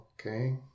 Okay